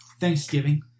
Thanksgiving